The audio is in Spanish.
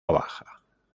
baja